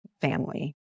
family